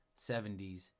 70s